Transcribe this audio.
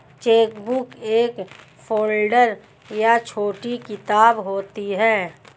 chequebook एक folder या छोटी किताब होती है